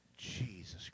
Jesus